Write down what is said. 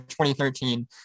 2013